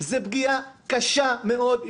הוא נזק קשה מאוד,